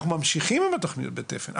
אנחנו ממשיכים עם התוכנית בתפן,